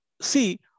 see